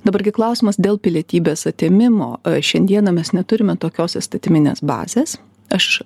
dabar gi klausimas dėl pilietybės atėmimo šiandieną mes neturime tokios įstatyminės bazės aš